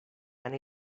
and